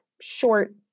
short